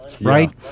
right